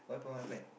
black